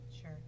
Sure